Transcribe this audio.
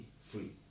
free